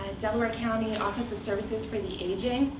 delaware county office of services for the aging,